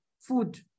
food